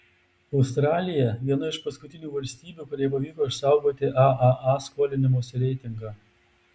australija viena iš paskutinių valstybių kuriai pavyko išsaugoti aaa skolinimosi reitingą